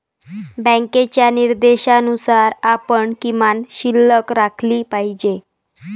बँकेच्या निर्देशानुसार आपण किमान शिल्लक राखली पाहिजे